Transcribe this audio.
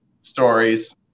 stories